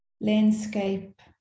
landscape